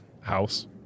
house